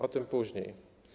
O tym później.